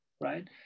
right